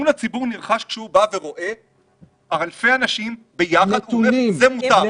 אמון הציבור נרכש כשהוא רואה אלפי אנשים ביחד ואומרים שזה מותר,